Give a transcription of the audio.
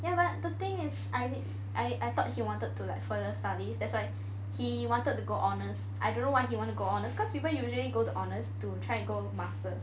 ya but the thing is I need I I thought he wanted to like further studies that's why he wanted to go honours I don't know why he want to go honours cause people usually go to honours to try and go masters